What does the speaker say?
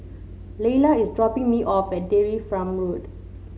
Layla is dropping me off at Dairy From Road